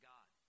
God